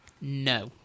No